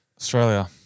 Australia